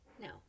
No